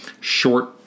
short